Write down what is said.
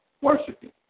worshiping